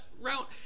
route